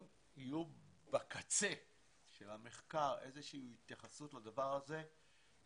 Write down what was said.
אם תהיה בקצה של המחקר איזה שהיא התייחסות לדבר הזה זה